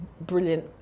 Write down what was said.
brilliant